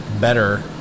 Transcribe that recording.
better